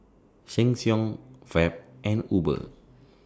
Sheng Siong Fab and Uber